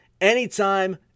anytime